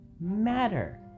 matter